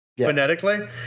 phonetically